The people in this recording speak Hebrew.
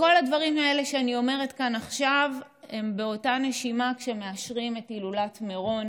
כל הדברים האלה שאני אומרת כאן עכשיו הם כשמאשרים את הילולת מירון